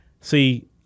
See